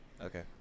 Okay